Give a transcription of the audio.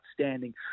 outstanding